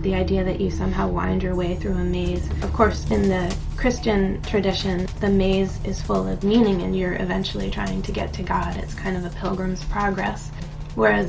the idea that you somehow wind your way through a maze of course in the christian traditions the maze is full of meaning and you're eventually trying to get to god it's kind of the telegrams progress whereas